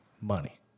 money